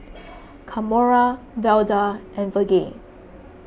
Kamora Velda and Virge